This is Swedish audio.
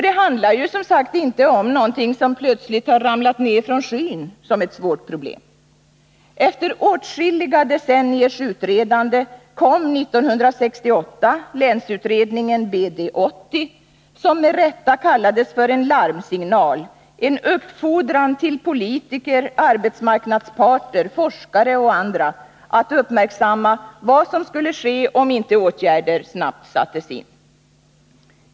Det handlar ju, som sagt, inte om något som plötsligt ramlat ner från skyn som ett svårt problem. Efter åtskilliga decenniers utredande kom 1968 länsutredningen BD 80, som med rätta kallades för en larmsignal, en uppfordran till politiker, arbetsmarknadsparter, forskare och andra att uppmärksamma vad som skulle ske, om inte åtgärder snabbt sattes in.